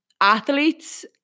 Athletes